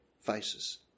faces